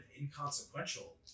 inconsequential